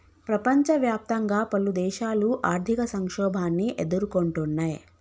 ప్రపంచవ్యాప్తంగా పలుదేశాలు ఆర్థిక సంక్షోభాన్ని ఎదుర్కొంటున్నయ్